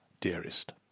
Dearest